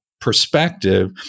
perspective